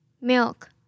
Milk